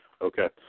Okay